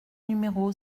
numéro